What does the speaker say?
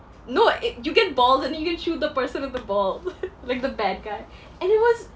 no it you get balls and then you can shoot the person with the ball like the bad guy and it was